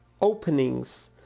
openings